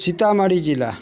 सीतामढ़ी जिला